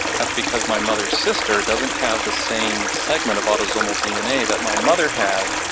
that's because my mother's sister doesn't have the same segment of autosomal dna that my mother had,